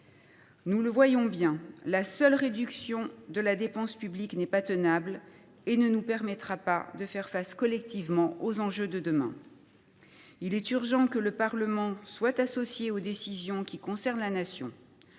Nous le voyons donc bien, la réduction de la dépense publique, à elle seule, n’est pas tenable et ne nous permettra pas de faire face collectivement aux enjeux de demain. Il est urgent que le Parlement soit associé aux décisions qui concernent la Nation.